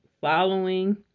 following